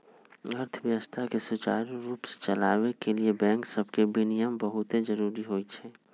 अर्थव्यवस्था के सुचारू रूप से चलाबे के लिए बैंक सभके विनियमन बहुते जरूरी होइ छइ